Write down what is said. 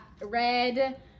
red